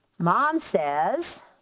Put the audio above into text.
mom says,